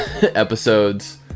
episodes